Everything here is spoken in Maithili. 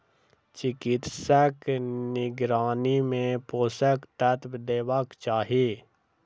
चिकित्सकक निगरानी मे पोषक तत्व देबाक चाही